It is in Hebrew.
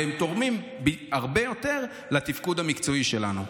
והם תורמים הרבה יותר לתפקוד המקצועי שלנו.